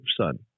sun